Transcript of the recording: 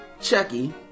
Chucky